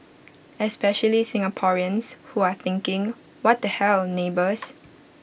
especially Singaporeans who are thinking what the hell neighbours